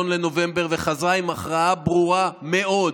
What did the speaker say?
בנובמבר וחזרה עם הכרעה ברורה מאוד,